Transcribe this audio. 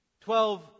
Twelve